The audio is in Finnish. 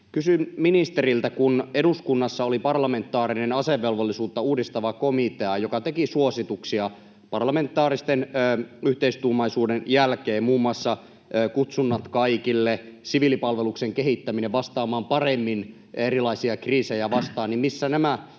Kysyn ministeriltä: Kun eduskunnassa oli parlamentaarinen asevelvollisuutta uudistava komitea, joka teki suosituksia parlamentaarisen yhteistuumaisuuden jälkeen — muun muassa kutsunnat kaikille, siviilipalveluksen kehittäminen vastaamaan paremmin erilaisia kriisejä vastaan — niin missä nämä